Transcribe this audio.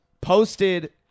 posted